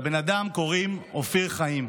לבן אדם קוראים אופיר חיים.